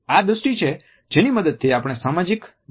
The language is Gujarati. આ દૃષ્ટિ છે જેની મદદથી આપણે સામાજિક બનીએ છીએ